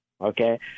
okay